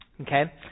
Okay